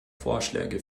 vorschläge